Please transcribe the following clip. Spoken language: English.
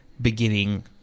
beginning